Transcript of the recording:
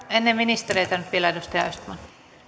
ennen ministereitä nyt vielä edustaja östman